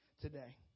today